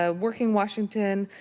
ah working washington,